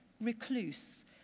recluse